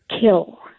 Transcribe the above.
kill